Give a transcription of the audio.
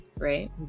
right